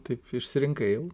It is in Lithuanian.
taip išsirinkai